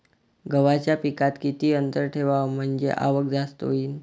गव्हाच्या पिकात किती अंतर ठेवाव म्हनजे आवक जास्त होईन?